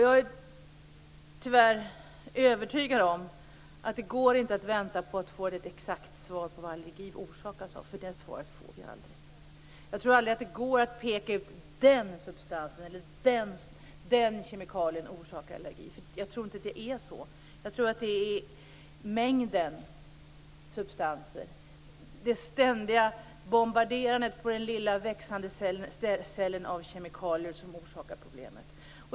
Jag är tyvärr övertygad om att det inte går att vänta på att få ett exakt svar på vad allergier orsakas av - det svaret får vi aldrig. Det kommer aldrig att gå att peka ut den substans eller den kemikalie som orsakar allergi. Jag tror inte att det är så. Jag tror att det är mängden substanser, det ständiga bombarderandet av kemikalier på den lilla växande cellen, som orsakar problemet.